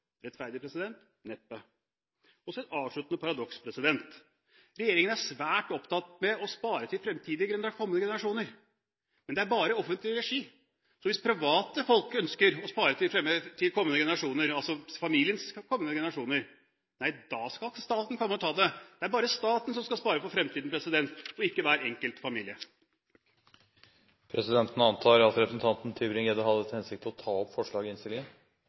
Rettferdig? Neppe. Så et avsluttende paradoks. Regjeringen er svært opptatt av å spare til fremtidige, kommende generasjoner. Men det er bare i offentlig regi. For hvis private folk ønsker å spare til kommende generasjoner – altså til familiens kommende generasjoner – nei, da skal staten komme og ta det. Det er bare staten som skal spare for fremtiden, og ikke hver enkelt familie. Presidenten antar at representanten Christian Tybring-Gjedde hadde til hensikt å ta opp